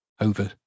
over